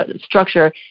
structure